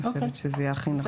אני חושבת שזה יהיה הכי נכון.